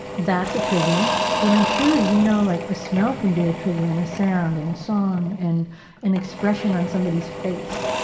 that's a trigger, but i'm sure you know like a smell can be a trigger and a sound and a song and an expression on somebody's face,